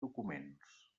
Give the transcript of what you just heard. documents